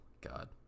God